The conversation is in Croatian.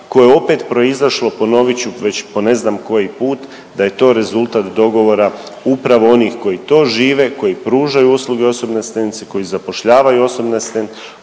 koje je opet proizašlo, ponovit ću već po ne znam koji put, da je to rezultat dogovora upravo onih koji to žive, koji pružaju usluge osobne asistencije, koji zapošljavaju osobne asistente,